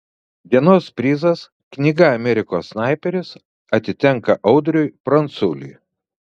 dienos prizas knyga amerikos snaiperis atitenka audriui pranculiui